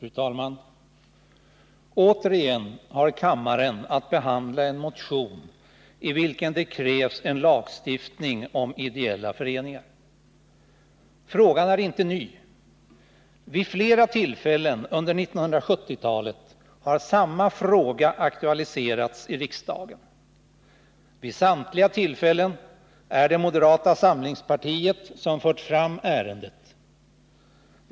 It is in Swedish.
Fru talman! Återigen har kammaren att behandla en motion, i vilken det krävs en lagstiftning om ideella föreningar. Frågan är inte ny. Vid flera tillfällen under 1970-talet har samma fråga aktualiserats i riksdagen. Vid samtliga tillfällen är det moderata samlingspartiet som fört fram ärendet.